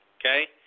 Okay